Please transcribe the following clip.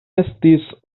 estis